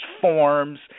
forms